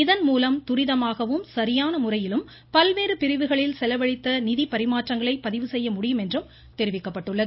இதன்மூலம் துரிதமாகவும் சரியான முறையிலும் பல்வேறு பிரிவுகளில் செலவழித்த நிதி பறிமாற்றங்களை பதிவுசெய்ய முடியும் என்றும் தெரிவிக்கப்பட்டுள்ளது